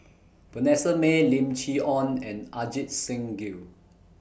Vanessa Mae Lim Chee Onn and Ajit Singh Gill